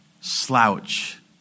slouch